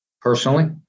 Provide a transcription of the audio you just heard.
personally